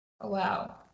Wow